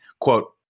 Quote